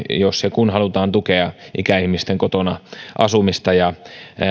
jos ja kun halutaan tukea ikäihmisten kotona asumista ja